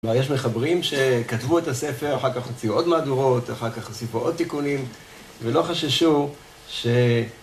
יש מחברים שכתבו את הספר, אחר כך הוציאו עוד מהדורות, אחר כך הוסיפו עוד תיקונים ולא חששו ש...